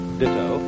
ditto